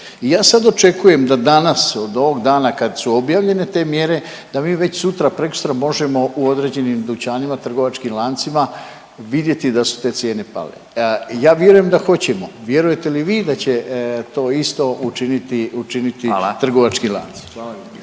ja sad očekujem da danas, od ovog dana kad su objavljene te mjere da mi već sutra, prekosutra u određenim dućanima, trgovačkim lancima vidjeti da su te cijene pale. Ja vjerujem da hoćemo. Vjerujete li vi da će to isto učiniti, učiniti